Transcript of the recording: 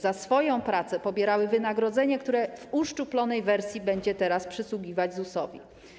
Za swoją pracę pobierały wynagrodzenie, które w uszczuplonej wersji będzie teraz przysługiwać ZUS-owi.